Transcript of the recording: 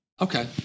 Okay